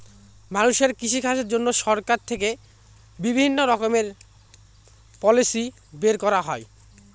মানুষের কৃষিকাজের জন্য সরকার থেকে বিভিণ্ণ রকমের পলিসি বের করা হয়